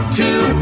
two